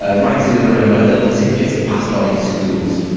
ah right to the other end where little tidbits are passed on in schools.